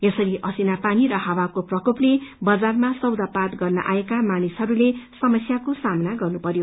यसरी असिना पानी र हावाको प्रकोपले बजारमा सौदापात गर्न आएका मानिसहरूले समस्याको सामना गर्नु परयो